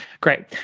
Great